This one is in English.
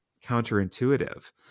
counterintuitive